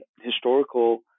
historical